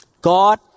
God